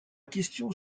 question